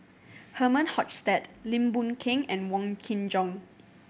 Herman Hochstadt Lim Boon Keng and Wong Kin Jong